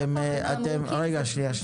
רגע, שנייה.